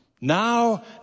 Now